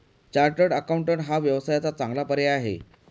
chartered accountant हा व्यवसायाचा चांगला पर्याय आहे